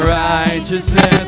righteousness